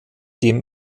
dem